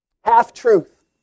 Half-truth